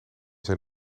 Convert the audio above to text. zijn